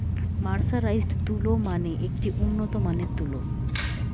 mercerised তুলো মানে একটি উন্নত মানের তুলো